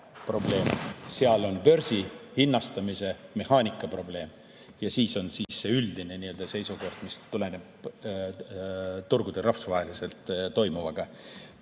seal on börsi hinnastamise mehaanika probleem ja siis on see üldine seisukoht, mis tuleneb turgudel rahvusvaheliselt toimuvast.